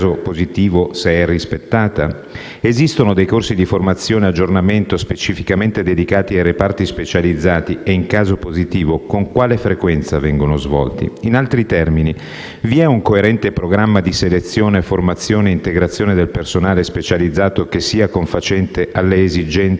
Esistono dei corsi di formazione/aggiornamento specificamente dedicati ai reparti specializzati e, in caso positivo, con quale frequenza sono svolti? In altri termini, vi è un coerente programma di selezione, formazione e integrazione del personale specializzato che sia confacente alle esigenze sottese allo speciale